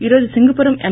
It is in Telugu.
ఈ రోజు సింగుపురం ఎం